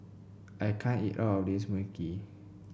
I can't eat all of this Mui Kee